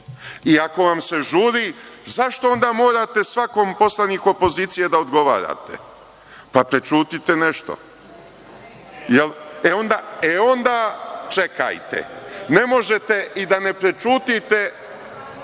Ako vam se žuri, zašto onda morate svakom poslaniku opozicije da odgovarate? Pa, prećutite nešto. Nećete? E, onda čekajte. Ne možete i da ne prećutite